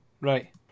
Right